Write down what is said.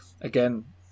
Again